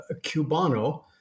Cubano